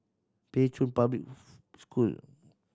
Pei Chun Public School